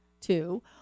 Two